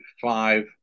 five